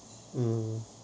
mm